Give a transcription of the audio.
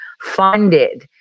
funded